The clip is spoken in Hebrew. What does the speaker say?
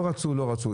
לא רצו לא רצו.